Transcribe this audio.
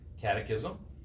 Catechism